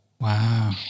Wow